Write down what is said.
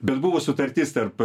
bet buvo sutartis tarp